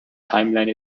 timeline